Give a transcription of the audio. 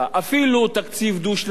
אפילו תקציב דו-שנתי,